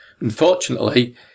Unfortunately